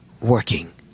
working